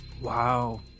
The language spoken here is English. Wow